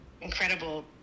incredible